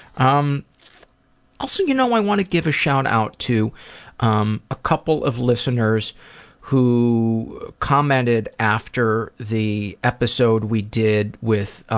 um also, you know, i want to give a shout out to um a couple of listeners who commented after the episode we did with